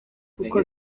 kuko